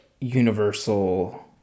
universal